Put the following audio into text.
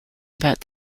about